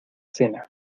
cena